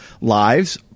lives